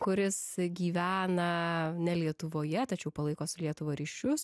kuris gyvena ne lietuvoje tačiau palaiko su lietuva ryšius